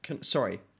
Sorry